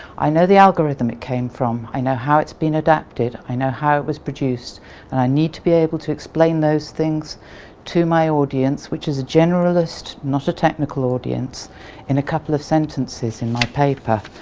i know the algorithm it came from, i know how it's been adapted, i know how it was produced and i need to be able to explain those things to my audience which is a generalist not a technical audience in a couple of sentences in my paper.